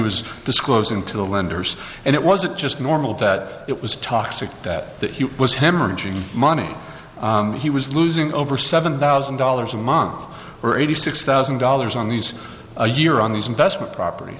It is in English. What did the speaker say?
was disclosing to the lenders and it wasn't just normal debt it was toxic debt that he was hemorrhaging money he was losing over seven thousand dollars a month or eighty six thousand dollars on these a year on these investment propert